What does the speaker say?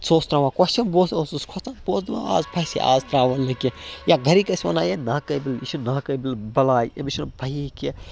سُہ اوس ترٛاوان کۄسچَن بہٕ ہسا اوسُس کھۄژان بہٕ اوسُس دپان آز پھسے آز ترٛاون نہٕ کیٚنٛہہ یا گَرِکۍ ٲسۍ وَنان ہے نا قٲبِل یہِ چھِ نا قٲبِل بَلاے أمِس چھِنہٕ پیی کیٚنٛہہ